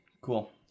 Cool